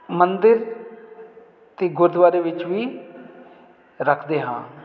ਮੰਦਿਰ ਅਤੇ ਗੁਰਦੁਆਰੇ ਵਿੱਚ ਵੀ ਰੱਖਦੇ ਹਾਂ